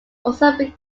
also